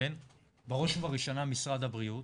בראש ובראשונה משרד הבריאות